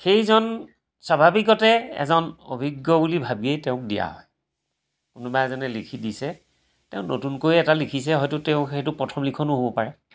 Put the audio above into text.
সেইজন স্বাভাৱিকতে এজন অভিজ্ঞ বুলি ভাবিয়েই তেওঁক দিয়া হয় কোনোবা এজনে লিখি দিছে তেওঁ নতুনকৈ এটা লিখিছে হয়তো তেওঁৰ সেইটো প্ৰথম লিখনো হ'ব পাৰে